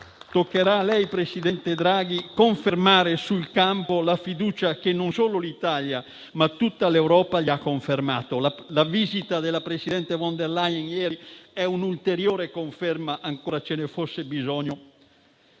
Toccherà a lei, presidente Draghi, confermare sul campo la fiducia che non solo l'Italia, ma tutta l'Europa le ha confermato. La visita della presidente von der Leyen ieri ne è un'ulteriore conferma, se ancora ce ne fosse bisogno.